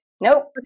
Nope